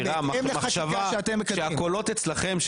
יצאתם אווירה שהקולות אצלכם,